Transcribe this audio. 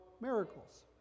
miracles